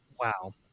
Wow